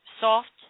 soft